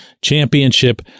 championship